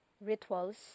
rituals